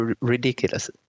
ridiculous